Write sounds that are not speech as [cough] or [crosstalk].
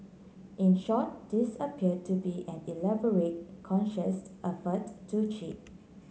in short this appear to be an elaborate conscious [unintelligible] effort to cheat